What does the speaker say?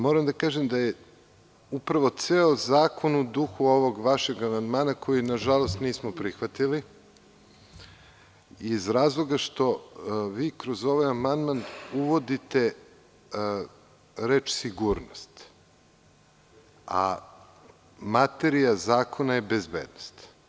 Moram da kažem da je upravo ceo zakon u duhu ovog vašeg amandmana koji, nažalost, nismo prihvatili iz razloga što vi kroz ovaj amandman uvodite reč „sigurnost“, a materija zakona je bezbednost.